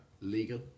Legal